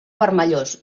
vermellós